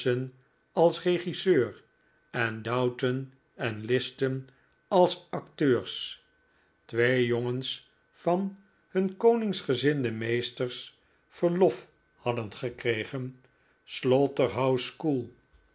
als regisseur en dowton en liston als acteurs twee jongens van hun koningsgezinde meesters verlof hadden gekregen